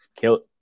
Kill